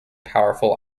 powerful